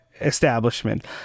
establishment